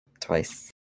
Twice